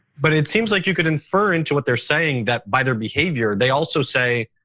but it seems like you could infer into what they're saying that by their behavior, they also say,